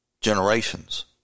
generations